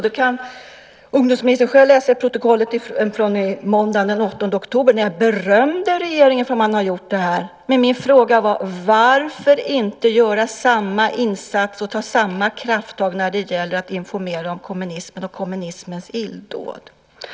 Det kan ungdomsministern själv läsa i protokollet från måndagen den 8 oktober, då jag berömde regeringen för att man har gjort det här. Men min fråga var: Varför inte göra samma insats och ta samma krafttag när det gäller att informera om kommunismen och kommunismens illdåd?